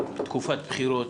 זו תקופת בחירות,